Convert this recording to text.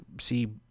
see